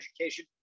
education